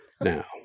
now